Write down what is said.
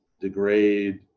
degrade